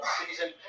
season